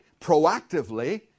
proactively